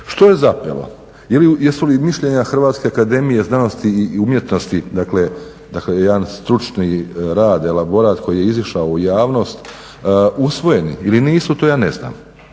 Što je zapelo? Jesu li mišljenja Hrvatske akademije znanosti i umjetnosti, dakle jedan stručni rad, elaborat koji je izišao u javnost, usvojeni ili nisu, to ja ne znam.